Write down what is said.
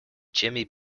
jimmy